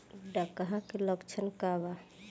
डकहा के लक्षण का वा?